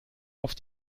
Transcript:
auf